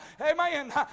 Amen